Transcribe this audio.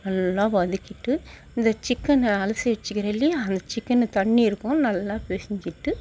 நல்லா வதக்கிவிட்டு இந்த சிக்கனை அலசி வச்சுக்கிறல்லயா அந்த சிக்கனை தண்ணிர் இருக்கும் நல்லா பிசைஞ்சிட்டு